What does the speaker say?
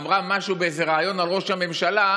אמרה משהו באיזה ריאיון על ראש הממשלה,